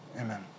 Amen